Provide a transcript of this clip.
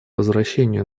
возвращению